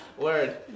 Word